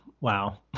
Wow